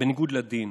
בניגוד לדין.